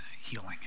healing